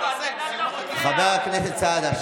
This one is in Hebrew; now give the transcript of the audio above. חבר הכנסת סעדה,